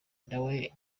nawe